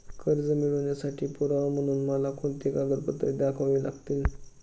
कर्ज मिळवण्यासाठी पुरावा म्हणून मला कोणती कागदपत्रे दाखवावी लागतील?